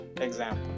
example